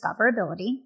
discoverability